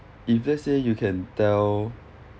if let's say you can tell